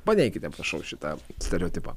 padėkite prašau šitą stereotipą